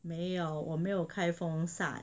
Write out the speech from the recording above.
没有我没有开风扇